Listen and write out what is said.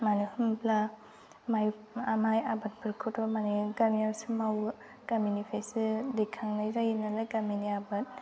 मानो होमब्ला माइ माइ आबादफोरखौथ' माने गामियावसो मावो गामिनिफ्रायसो दैखांनाय जायो नालाय गामिनि आबाद